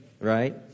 Right